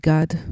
God